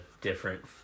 different